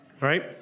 Right